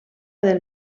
del